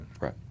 Right